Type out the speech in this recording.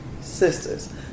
sisters